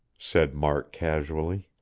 said mark casually.